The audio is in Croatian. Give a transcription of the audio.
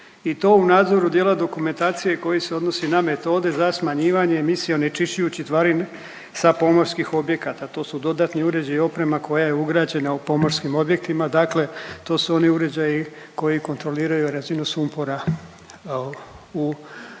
i to u nadzoru djela dokumentacije koji se odnosi na metode za smanjivanje emisija onečišćujućih tvari sa pomorskih objekata. To su dodatni uređaji i oprema koja je ugrađena u pomorskim objektima, dakle to su oni uređaji koji kontroliraju razinu sumpora u, u gorivima